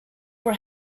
were